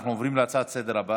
אנחנו עוברים להצעות לסדר-היום